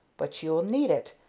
but you'll need it.